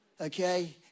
Okay